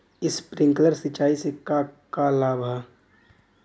Sprinkler सिंचाई से का का लाभ ह?